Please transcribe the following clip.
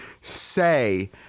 say